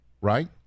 right